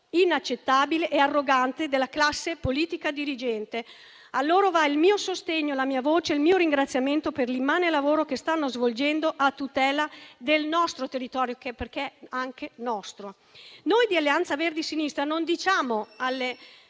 inaccettabile e arrogante della classe politica dirigente. A loro vanno il mio sostegno, la mia voce e il mio ringraziamento per l'immane lavoro che stanno svolgendo a tutela del nostro territorio, perché è anche nostro. Noi di Alleanza Verdi e Sinistra non diciamo «no»